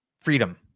Freedom